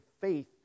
faith